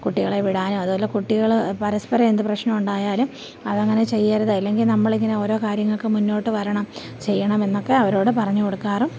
കുട്ടികളെ വിടാനും അതുപോലെ കുട്ടികള് പരസ്പരം എന്ത് പ്രശ്നമുണ്ടായാലും അതങ്ങനെ ചെയ്യരുത് ഇല്ലെങ്കില് നമ്മളിങ്ങനെ ഓരോ കാര്യങ്ങൾക്കും മുന്നോട്ട് വരണം ചെയ്യണം എന്നൊക്കെ അവരോട് പറഞ്ഞ് കൊടുക്കാറുമുണ്ട്